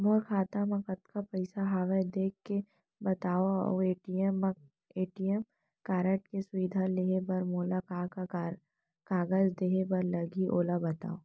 मोर खाता मा कतका पइसा हवये देख के बतावव अऊ ए.टी.एम कारड के सुविधा लेहे बर मोला का का कागज देहे बर लागही ओला बतावव?